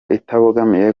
itabogamiye